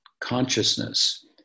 consciousness